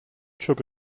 çok